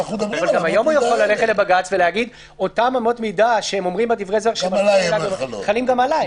גם היום הוא יכול ללכת לבג"ץ ולומר: אותן אמות מידה חלים גם עליי.